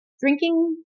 drinking